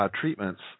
treatments